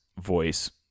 voice